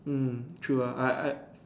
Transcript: mm true ah I I